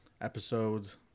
episodes